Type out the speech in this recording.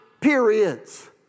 periods